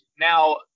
now